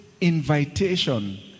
invitation